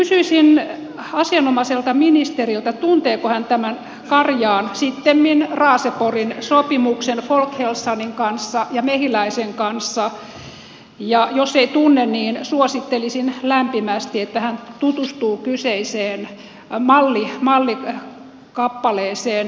kysyisin asianomaiselta ministeriltä tunteeko hän tämän karjaan sittemmin raaseporin sopimuksen folkhälsanin kanssa ja mehiläisen kanssa ja jos ei tunne niin suosittelisin lämpimästi että hän tutustuu kyseiseen mallikappaleeseen